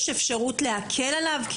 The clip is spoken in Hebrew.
יש אפשרות להקל עליו?